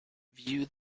view